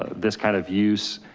this kind of use